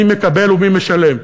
מי מקבל ומי משלם,